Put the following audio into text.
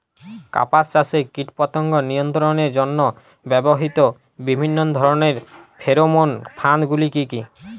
কাপাস চাষে কীটপতঙ্গ নিয়ন্ত্রণের জন্য ব্যবহৃত বিভিন্ন ধরণের ফেরোমোন ফাঁদ গুলি কী?